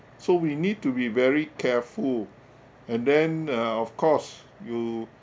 so we need to be very careful and then uh of course you